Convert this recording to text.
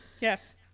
Yes